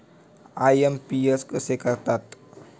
IMPS कसे करतात?